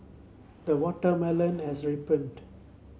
the watermelon has ripened